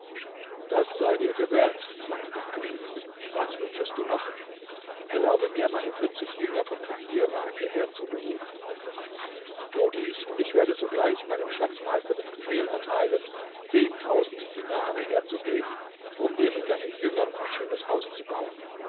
das sei dir gewährt sagte der kalif was wünschest du noch erlaube mir meine vierzig jünger von kahirah hierher zu berufen tu dies und ich werde sogleich meinem schatzmeister den befehl erteilen zehntausend dinare herzugeben um dir mit deinen jüngern ein schönes haus zu bauen